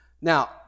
Now